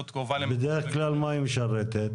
בדרך כלל מה היא משרתת?